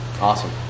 Awesome